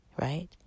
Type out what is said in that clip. right